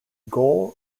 goal